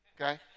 okay